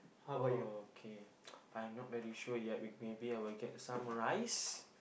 oh okay I'm not very sure yet maybe I will get some rice